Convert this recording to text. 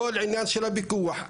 כל העניין של הפיקוח,